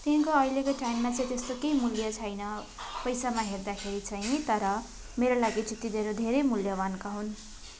तिनको अहिलेको टाइममा चाहिँ त्यस्तो केही मूल्य छैन पैसामा हेर्दाखेरि चाहिँ तर मेरो लागि चाहिँ तिनीहरू धेरै मूल्यवान्का हुन्